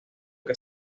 que